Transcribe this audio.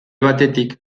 batetik